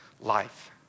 life